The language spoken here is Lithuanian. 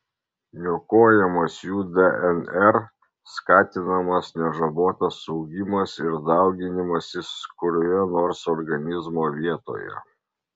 niokojamas jų dnr skatinamas nežabotas augimas ir dauginimasis kurioje nors organizmo vietoje